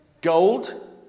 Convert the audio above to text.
gold